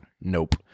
Nope